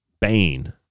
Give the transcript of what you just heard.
bane